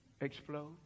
explode